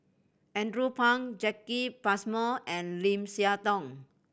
Andrew Phang Jacki Passmore and Lim Siah Tong